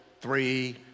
three